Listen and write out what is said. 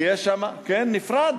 כן, נפרד.